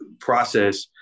process